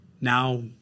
now